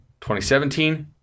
2017